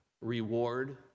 reward